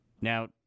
Now